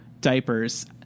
diapers